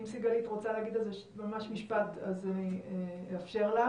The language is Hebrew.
אם סיגלית רוצה להגיד על זה ממש משפט אז אני אאפשר לה.